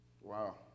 wow